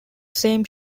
same